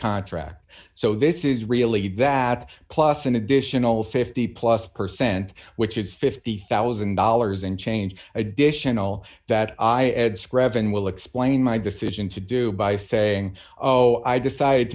contract so this is really that plus an additional fifty plus percent which is fifty thousand dollars in change additional that i add scriven will explain my decision to do by saying oh i decided